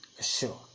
sure